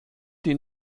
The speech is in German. die